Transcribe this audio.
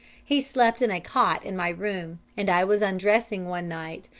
he slept in a cot in my room, and i was undressing one night,